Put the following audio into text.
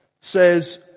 says